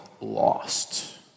lost